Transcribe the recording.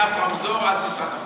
בלי אף רמזור עד משרד החוץ.